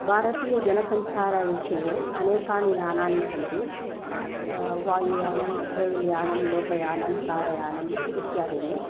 भारतीयजनसञ्चारविषये अनेकानि यानानि सन्ति वायुयानं रेल् यानं लोकयानं कार यानम् इत्यादीनि